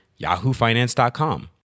yahoofinance.com